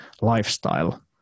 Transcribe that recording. lifestyle